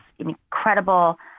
incredible